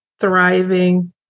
thriving